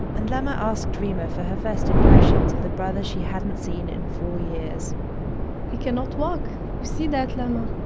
and lama asked reema for her first impressions of the brother she hadn't seen in four years he cannot walk. you see that, lama.